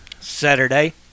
Saturday